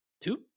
two